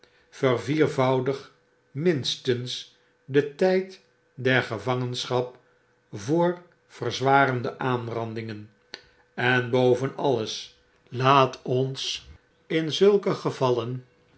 verviervoudig minstens den tyd der gevangenstraf voor verzwarende aanrandingen en boven alles laat ons in zulke gevallen